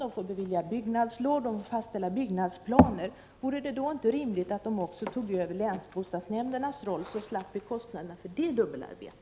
De får bevilja byggnadslov och fastställa byggnadsplaner. Vore det då inte rimligt att de också tog över länsbostadsnämndernas roll? Då slapp vi kostnaderna för det dubbelarbetet.